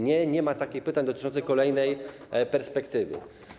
Nie, nie ma takich pytań dotyczących kolejnej perspektywy.